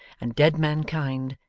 and dead mankind,